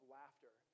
laughter